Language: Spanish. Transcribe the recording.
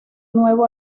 nuevo